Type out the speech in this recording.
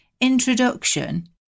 introduction